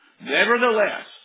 Nevertheless